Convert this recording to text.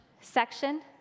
section